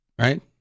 right